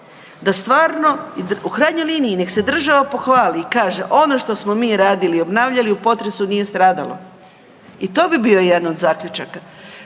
da stvarno u krajnjoj liniji neka se država pohvali i kaže ono što smo mi radili i obnavljali u potresu nije stradalo i to bi bio jedan od zaključaka.